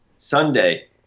Sunday